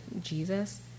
Jesus